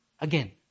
Again